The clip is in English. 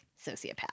sociopath